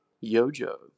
Yojo